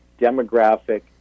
demographic